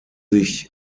sich